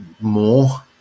more